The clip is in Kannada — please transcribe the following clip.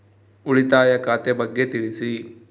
ಉಳಿತಾಯ ಖಾತೆ ಬಗ್ಗೆ ತಿಳಿಸಿ?